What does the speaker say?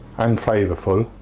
and flavourful.